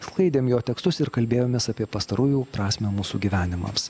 sklaidėm jo tekstus ir kalbėjomės apie pastarųjų prasmę mūsų gyvenimams